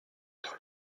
dans